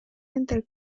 entre